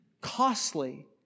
Costly